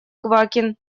квакин